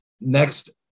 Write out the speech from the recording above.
Next